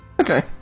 Okay